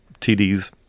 TDs